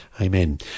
Amen